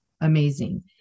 amazing